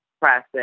process